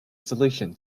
solution